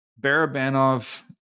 Barabanov